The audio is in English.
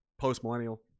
post-millennial